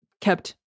kept